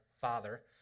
father